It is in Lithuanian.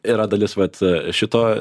yra dalis vat šito